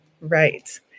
Right